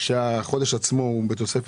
למען חיילי צה"ל.